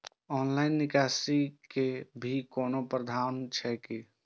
Online निकासी के भी कोनो प्रावधान छै की?